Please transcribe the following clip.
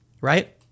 right